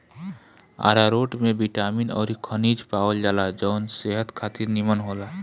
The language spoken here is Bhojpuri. आरारोट में बिटामिन अउरी खनिज पावल जाला जवन सेहत खातिर निमन होला